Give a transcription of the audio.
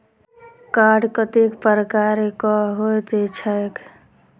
Card कतेक प्रकारक होइत छैक?